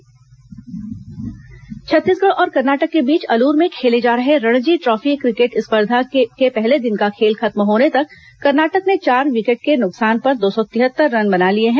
Ranji trophy Chhattisgarh और कर्नाटक के बीच अलूर में खेले जा रहे रणजी ट्रॉफी क्रिकेट स्पर्धा में पहले दिन का खेल खत्म होने तक कर्नाटक ने चार विकेट के नुकसान पर दो सौ तिहत्तर रन बना लिए हैं